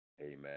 amen